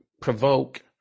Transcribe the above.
provoke